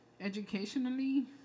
Educationally